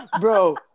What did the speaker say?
bro